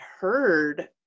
heard